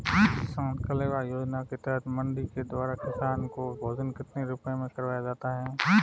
किसान कलेवा योजना के तहत मंडी के द्वारा किसान को भोजन कितने रुपए में करवाया जाता है?